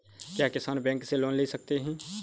क्या किसान बैंक से लोन ले सकते हैं?